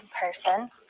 person